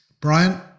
Brian